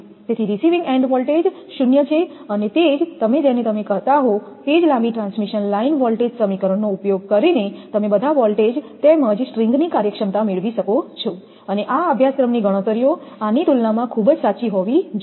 તેથી receiving end voltage 0 છે અને તે જ તમે જેને તમે કહેતા હો તે જ લાંબી ટ્રાન્સમિશન લાઇન વોલ્ટેજ સમીકરણ નો ઉપયોગ કરીને તમે બધા વોલ્ટેજ તેમજ સ્ટ્રિંગની કાર્યક્ષમતા મેળવી શકો છો અને આ અભ્યાસક્રમની ગણતરીઓ આની તુલનામાં ખૂબ જ સાચી હોવી જોઈએ